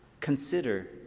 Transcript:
consider